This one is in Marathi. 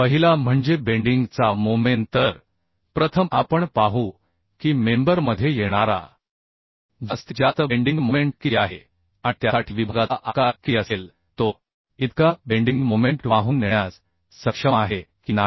पहिला म्हणजे बेंडिंग चा मोमेन तर प्रथम आपण पाहू की मेंबर मध्ये येणारा जास्तीत जास्त बेंडिंग मोमेंट किती आहे आणि त्यासाठी विभागाचा आकार किती असेल तो इतका बेंडिंग मोमेंट वाहून नेण्यास सक्षम आहे की नाही